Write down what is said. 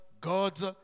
God's